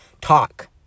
talk